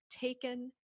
taken